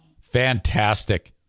Fantastic